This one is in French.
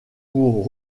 pour